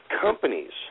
companies